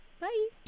bye